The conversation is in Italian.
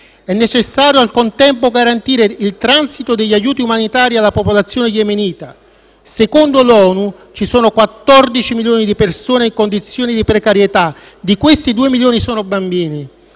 È necessario al contempo garantire il transito degli aiuti umanitari alla popolazione yemenita. Secondo l'ONU ci sono 14 milioni di persone in condizioni di precarietà, di questi due milioni sono bambini.